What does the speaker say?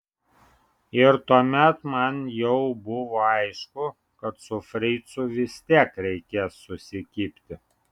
ir tuomet man jau buvo aišku kad su fricu vis tiek reikės susikibti